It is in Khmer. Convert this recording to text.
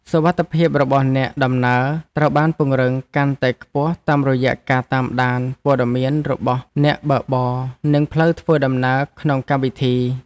សុវត្ថិភាពរបស់អ្នកដំណើរត្រូវបានពង្រឹងកាន់តែខ្ពស់តាមរយៈការតាមដានព័ត៌មានរបស់អ្នកបើកបរនិងផ្លូវធ្វើដំណើរក្នុងកម្មវិធី។